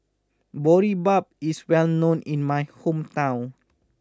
Boribap is well known in my hometown